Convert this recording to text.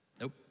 Nope